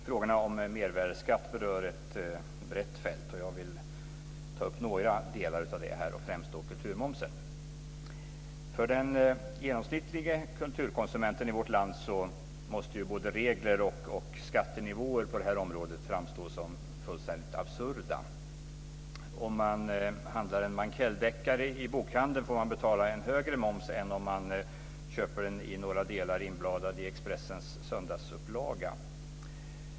Fru talman! Frågorna om mervärdesskatt berör ett brett fält, och jag vill ta upp några delar av det, främst kulturmomsen. För den genomsnittlige kulturkonsumenten i vårt land måste både regler och skattenivåer på detta område framstå som fullständigt absurda. Om man handlar en Mankelldeckare i bokhandeln får man betala en högre moms än om man köper den i några delar, inbladad i Expressens söndagsbilaga.